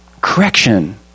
Correction